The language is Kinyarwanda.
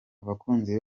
abakunzi